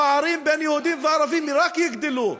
הפערים בין יהודים וערבים רק יגדלו,